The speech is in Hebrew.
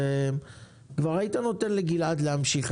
כבר היית נותן לגלעד להמשיך.